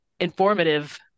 informative